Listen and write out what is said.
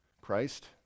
Christ